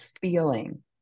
feeling